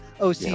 oc